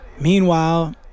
Meanwhile